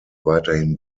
weiterhin